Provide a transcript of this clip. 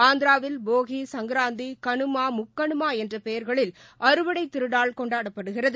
ஆந்திராவில் போகி சங்கராந்தி கணமா முக்கணமாஎன்றபெயர்களில் அறுவடைத் திருநாள் கொண்டாடப்படுகிறது